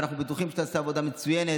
אנחנו בטוחים שתעשה עבודה מצוינת,